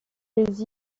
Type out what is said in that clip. les